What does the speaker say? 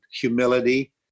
humility